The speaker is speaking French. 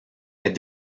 est